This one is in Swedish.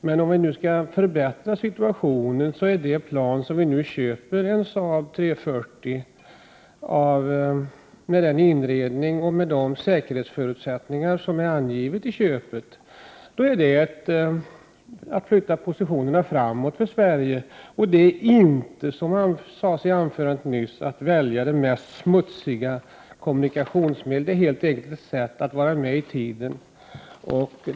Men om vi nu skall förbättra situationen innebär det plan vi nu köper, en Saab 340, med den inredning och de säkerhetsförutsättningar som är angivna i köpet, att Sverige flyttar positionerna framåt. Det är inte, som sades i anförandet nyss, att välja det mest smutsiga kommunikationsmedlet. Det är helt enkelt ett sätt att vara medi tiden.